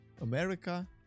America